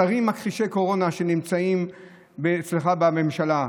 השרים מכחישי הקורונה שנמצאים אצלך בממשלה,